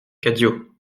cadio